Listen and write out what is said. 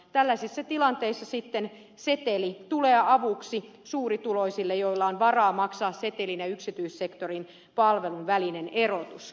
tällaisissa tilanteissa sitten seteli tulee avuksi suurituloisille joilla on varaa maksaa setelin ja yksityissektorin palvelun välinen erotus